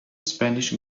spanish